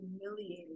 humiliated